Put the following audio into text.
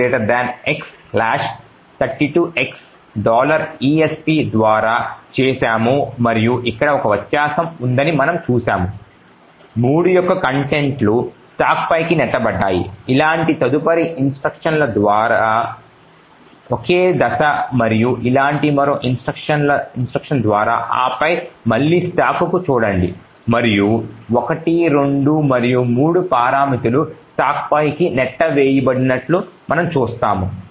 కాబట్టి మనము ఈ gdb x 32x esp ద్వారా చేసాము మరియు ఇక్కడ ఒక వ్యత్యాసం ఉందని మనము చూశాము 3 యొక్క కంటెంట్ లు స్టాక్పైకి నెట్టబడ్డాయి ఇలాంటి తదుపరి ఇన్స్ట్రక్షన్ ల ద్వారా ఒకే దశ మరియు ఇలాంటి మరో ఇన్స్ట్రక్షన్ ద్వారా ఆపై మళ్ళీ స్టాక్ను చూడండి మరియు 1 2 మరియు 3 పారామితులు స్టాక్పైకి నెట్టివేయబడినట్లు మనం చూస్తాము